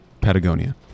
Patagonia